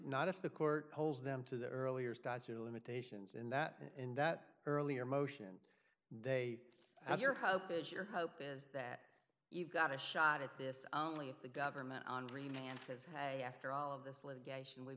not if the court holds them to the earlier statute of limitations in that in that earlier motion they said your hope is your hope is that you've got a shot at this ali if the government andrina and says hey after all of this litigation we've